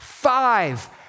Five